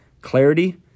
clarity